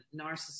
narcissism